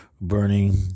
burning